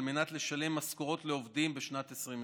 מנת לשלם משכורות לעובדים בשנת 2020,